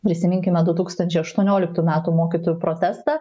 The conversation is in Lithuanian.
prisiminkime du tūkstančiai aštuonioliktų metų mokytojų protestą